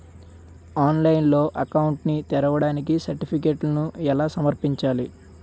ఆన్లైన్లో అకౌంట్ ని తెరవడానికి సర్టిఫికెట్లను ఎలా సమర్పించాలి?